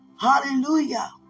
hallelujah